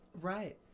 Right